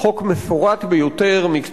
חוק מפורט ביותר, מקצועי,